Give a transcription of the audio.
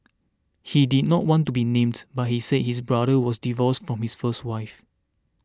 he did not want to be named but he said his brother was divorced from his first wife